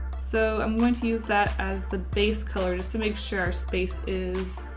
so i'm going to use that as the base color just to make sure our space is.